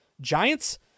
Giants